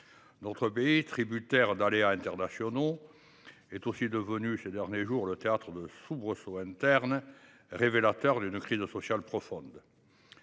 Notre pays, tributaire d’aléas internationaux, est aussi devenu, ces derniers jours, le théâtre de soubresauts internes, révélateurs d’une crise sociale profonde.